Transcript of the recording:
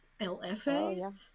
LFA